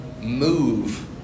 move